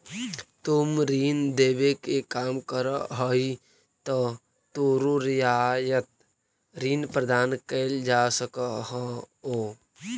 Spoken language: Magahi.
तुम ऋण देवे के काम करऽ हहीं त तोरो रियायत ऋण प्रदान कैल जा सकऽ हओ